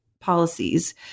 policies